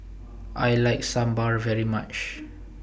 I like Sambar very much